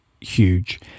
huge